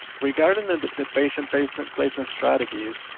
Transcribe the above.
regarding and the patient placement placement strategies,